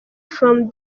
from